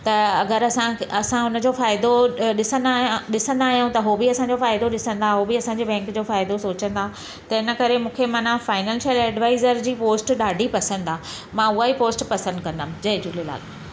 त अगरि असांखे असां हुनजो फ़ाइदो अ ॾिसंदा ॾिसंदा आहियूं त उहो बि असांजो फ़ाइदो ॾिसंदा उहो बि असांजे बैंक जो फ़ाइदो सोचंदा त इन करे मूंखे माना फाइनैंशियल एडवाइज़र जी पोस्ट ॾाढी पसंदि आहे मां उहेई पोस्ट पसंदि कंदमि जय झूलेलाल